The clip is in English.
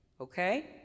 Okay